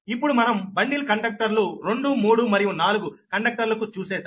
ఇప్పుడు మనం బండిల్ కండక్టర్లు రెండుమూడు మరియు నాలుగు కండక్టర్లుకు చూసేశాం